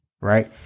Right